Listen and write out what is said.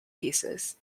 pieces